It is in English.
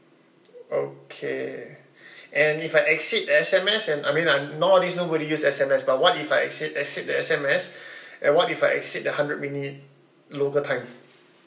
okay and if I exceed S_M_S and I mean I nowadays nobody use S_M_S but what if I exceed exceed the S_M_S and what if I exceed the hundred minute local time